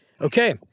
okay